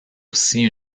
aussi